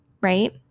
right